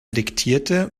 diktierte